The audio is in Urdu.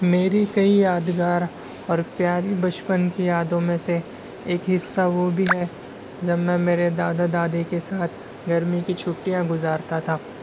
میری کئی یادگار اور پیاری بچپن کی یادوں میں سے ایک حصہ وہ بھی ہے جب میں میرے دادا دادی کے ساتھ گرمی کی چھٹیاں گزارتا تھا